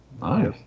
Nice